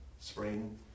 Spring